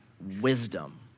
wisdom